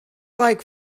like